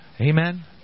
amen